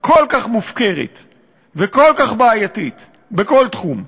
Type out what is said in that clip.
כל כך מופקרת וכל כך בעייתית, בכל תחום.